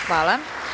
Hvala.